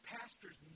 pastors